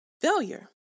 failure